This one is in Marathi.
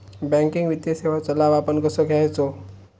बँकिंग वित्तीय सेवाचो लाभ आपण कसो घेयाचो?